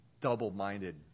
double-minded